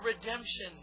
redemption